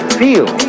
feel